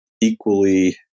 equally